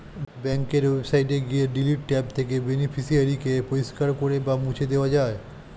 ব্যাঙ্কের ওয়েবসাইটে গিয়ে ডিলিট ট্যাব থেকে বেনিফিশিয়ারি কে পরিষ্কার করে বা মুছে দেওয়া যায়